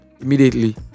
immediately